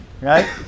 right